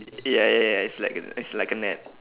ya ya ya it's like a it's like a net